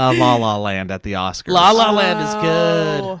um la la land at the oscars. la la land is good.